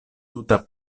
tuta